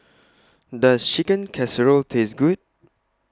Does Chicken Casserole Taste Good